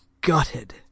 gutted